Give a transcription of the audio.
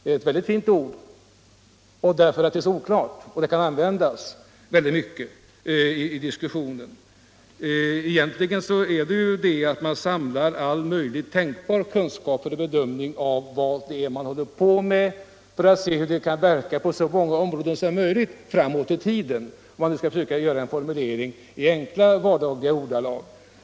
Teknikvärdering är ett mycket fint ord, och det kan användas i diskussionen, men det är mycket oklart. Teknikvärdering innebär väl egentligen att man samlar all möjlig kun skap för bedömning av något man håller på med — för att se hur det kan verka framåt i tiden, på så många områden som möjligt. — Det kan man säga om man försöker göra en formulering i enkla vardagliga ordalag.